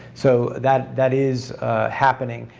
so that that is happening.